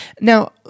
Now